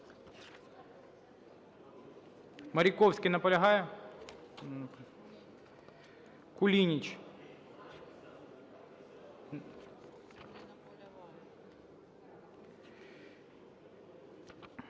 Маріковський наполягає? Кулініч?